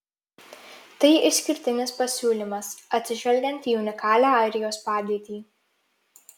tai išskirtinis pasiūlymas atsižvelgiant į unikalią airijos padėtį